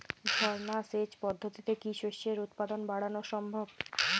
ঝর্না সেচ পদ্ধতিতে কি শস্যের উৎপাদন বাড়ানো সম্ভব?